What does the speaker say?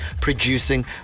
producing